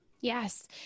Yes